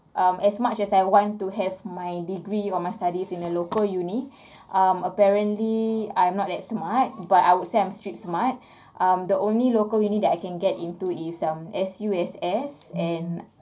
um as much as I want to have my degree or my studies in a local uni um apparently I'm not that smart but I would say I'm street smart um the only local uni that I can get into is um S_U_S_S and